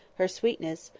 her sweetness,